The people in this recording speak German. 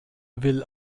will